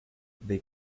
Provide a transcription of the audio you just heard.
they